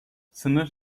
sınır